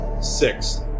Six